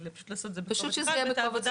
פשוט לעשות את זה בקובץ אחד ואת העבודה